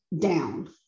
down